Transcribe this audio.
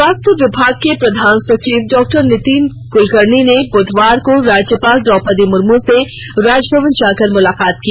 स्वास्थ्य विभाग के प्रधान सचिव डॉ नितिन कुलकर्णी ने बुधवार को राज्यपाल द्रौपदी मुर्मू से राजभवन आकर मुलाकात की